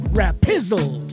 rapizzle